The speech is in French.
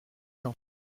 jean